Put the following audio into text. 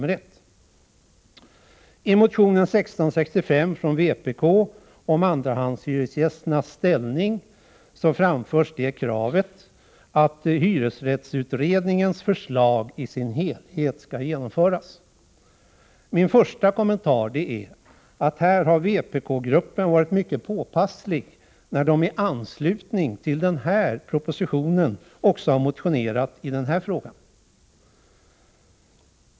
I motion 1665 från vpk om andrahandshyresgästernas ställning framförs kravet att hyresrättsutredningens förslag i sin helhet skall genomföras. Min första kommentar är att vpk-gruppen här har varit mycket påpasslig, när den i anslutning till denna proposition har motionerat också i denna fråga.